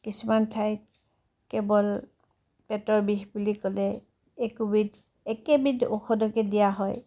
কিছুমান ঠাইত কেৱল পেটৰ বিষ বুলি ক'লে একোবিধ একেবিধ ঔষধকে দিয়া হয়